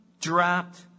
dropped